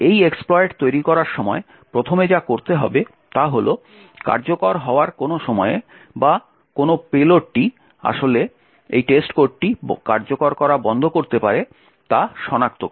এই এক্সপ্লয়েট তৈরি করার সময় প্রথমে যা করতে হবে তা হল কার্যকর হওয়ার কোন সময়ে বা কোন পেলোডটি আসলে এই টেস্টকোডটি কার্যকর করা বন্ধ করতে পারে তা সনাক্ত করা